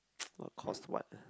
what cause what ah